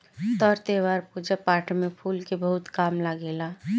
तर त्यौहार, पूजा पाठ में फूल के बहुत काम लागेला